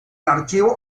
archivo